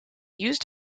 used